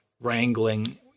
wrangling